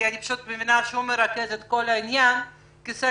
כי אני מבינה שהוא מרכז את כל העניין.